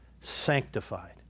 sanctified